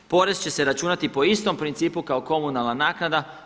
Porez će se računati po istom principu kao komunalna naknada.